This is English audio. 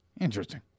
Interesting